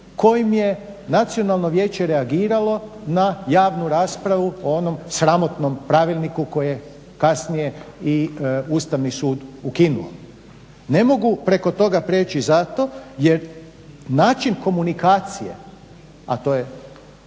kojem je nacionalno vijeće reagiralo na javnu raspravu o onom sramotnom pravilniku koje kasnije i Ustavni sud ukinuo. Ne mogu preko toga prijeći zato jer način komunikacije, a to je